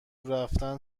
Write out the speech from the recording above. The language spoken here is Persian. رفتن